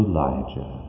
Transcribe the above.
Elijah